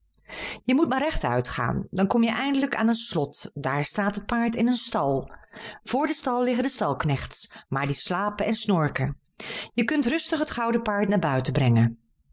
je moet maar rechtuit gaan dan kom je eindelijk aan een slot daar staat het paard in een stal voor den stal liggen de stalknechts maar die slapen en snorken je kunt rustig het gouden paard naar buiten brengen